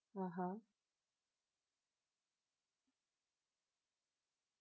(uh huh)